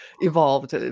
evolved